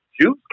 Juice